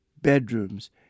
bedrooms